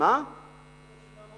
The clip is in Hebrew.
צריך